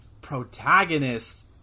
protagonists